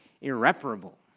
irreparable